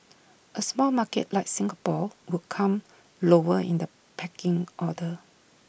A small market like Singapore would come lower in the pecking order